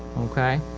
okay.